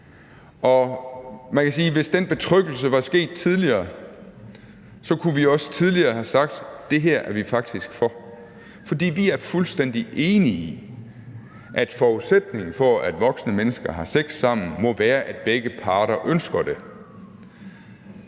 hvis den betryggelse var sket tidligere, kunne vi også tidligere have sagt: Det her er vi faktisk for. For vi er fuldstændig enige i, at forudsætningen for, at voksne mennesker har sex sammen, må være, at begge parter ønsker det.